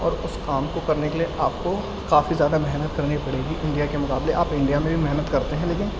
اور اس کام کو کرنے کے لیے آپ کو کافی زیادہ محنت کرنی پڑے گی انڈیا کے مقابلے آپ انڈیا میں بھی محنت کرتے ہیں لیکن